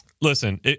listen